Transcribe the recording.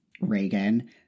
Reagan